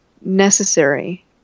necessary